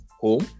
Home